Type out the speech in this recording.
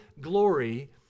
glory